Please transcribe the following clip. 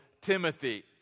Timothy